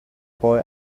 boy